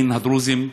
הדין הדרוזים,